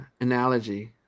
analogy